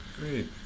Great